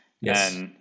Yes